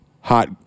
hot